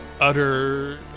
utter